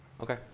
Okay